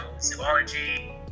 zoology